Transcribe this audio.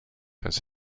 has